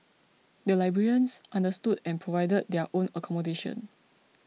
the librarians understood and provided their own accommodation